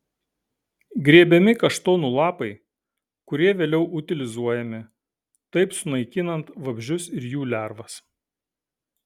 grėbiami kaštonų lapai kurie vėliau utilizuojami taip sunaikinant vabzdžius ir jų lervas